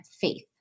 faith